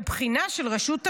בבחינה של רשות המיסים,